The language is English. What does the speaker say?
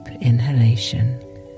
inhalation